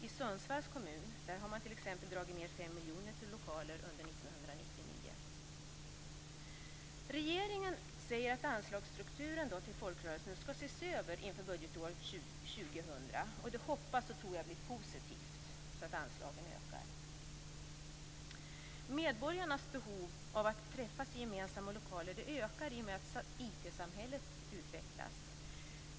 I Sundsvalls kommun har man t.ex. dragit ned med 5 miljoner under 1999 vad gäller lokaler. Regeringen säger att anslagsstrukturen till folkrörelsen skall ses över inför budgetåret 2000. Jag hoppas och tror att det blir positivt och att anslagen ökar. Medborgarnas behov av att träffas i gemensamma lokaler ökar i och med att IT-samhället utvecklas.